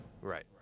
Right